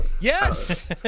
Yes